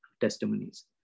testimonies